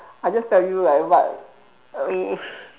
I just telling you like what err